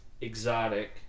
exotic